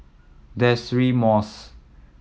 Deirdre Moss